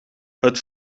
het